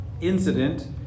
incident